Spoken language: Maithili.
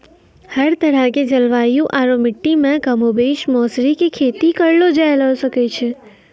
हर तरह के जलवायु आरो मिट्टी मॅ कमोबेश मौसरी के खेती करलो जाय ल सकै छॅ